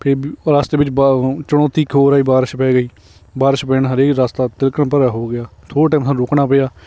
ਫਿਰ ਵੀ ਉਹ ਰਸਤੇ ਵਿੱਚ ਬ ਚੁਣੌਤੀ ਇੱਕ ਹੋਰ ਆਈ ਬਾਰਿਸ਼ ਪੈ ਗਈ ਬਾਰਿਸ਼ ਪੈਣ ਹਰੇਕ ਰਸਤਾ ਤਿਲਕਣ ਭਰਿਆ ਹੋ ਗਿਆ ਥੋੜ੍ਹੇ ਟਾਈਮ ਸਾਨੂੰ ਰੁਕਣਾ ਪਿਆ